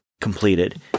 completed